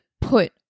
put